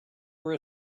were